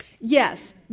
Yes